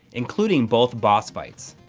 including both boss fights.